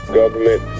government